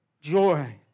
joy